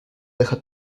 deja